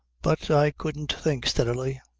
but i couldn't think steadily.